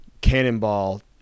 cannonball